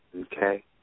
Okay